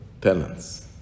talents